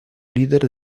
líder